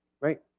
right